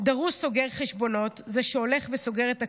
דרוש סוגר חשבונות, זה שהולך וסוגר את הקצוות,